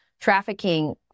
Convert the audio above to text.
trafficking